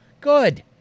Good